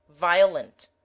violent